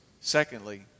Secondly